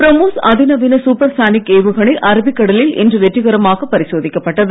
பிரம்மோஸ் அதிநவீன சூப்பர்சானிக் ஏவுகணை அரபிக் கடலில் இன்று வெற்றிகரமாக பரிசோதிக்கப்பட்டது